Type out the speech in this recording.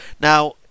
Now